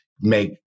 make